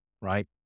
right